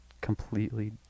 completely